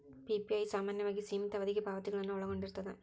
PPI ಸಾಮಾನ್ಯವಾಗಿ ಸೇಮಿತ ಅವಧಿಗೆ ಪಾವತಿಗಳನ್ನ ಒಳಗೊಂಡಿರ್ತದ